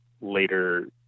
later